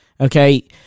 Okay